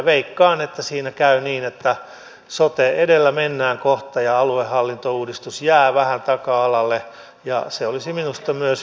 veikkaan että siinä käy niin että sote edellä mennään kohta ja aluehallintouudistus jää vähän taka alalle ja se olisi minusta myös